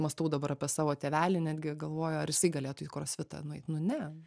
mąstau dabar apie savo tėvelį netgi galvoju ar jisai galėtų į krosfitą nueit nu ne